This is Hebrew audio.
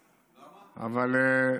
אבל,